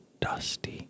dusty